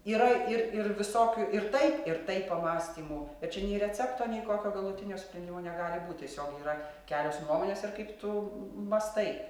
yra ir ir visokių ir taip ir taip pamąstymų bet čia nei recepto nei kokio galutinio sprendimo negali būt tiesiog yra kelios nuomonės ir kaip tu mąstai